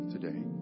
today